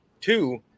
two